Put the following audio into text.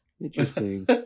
Interesting